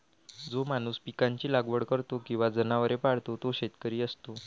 जो माणूस पिकांची लागवड करतो किंवा जनावरे पाळतो तो शेतकरी असतो